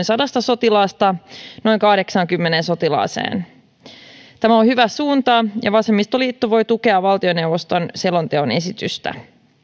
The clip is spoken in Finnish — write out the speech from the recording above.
sadasta sotilaasta noin kahdeksaankymmeneen sotilaaseen tämä on hyvä suunta ja vasemmistoliitto voi tukea valtioneuvoston selonteon esitystä